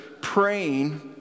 praying